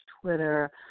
Twitter